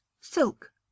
silk